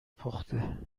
پخته